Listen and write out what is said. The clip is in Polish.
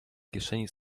kieszeni